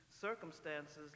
circumstances